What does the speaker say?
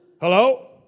Hello